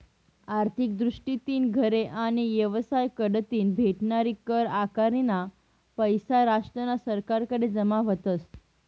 आर्थिक दृष्टीतीन घरे आणि येवसाय कढतीन भेटनारी कर आकारनीना पैसा राष्ट्रना सरकारकडे जमा व्हतस